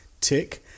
tick